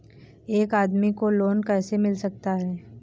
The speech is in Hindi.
एक आदमी को लोन कैसे मिल सकता है?